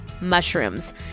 mushrooms